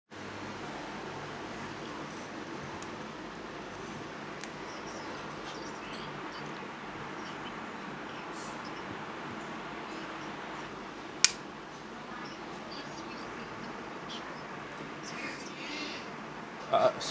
uh uh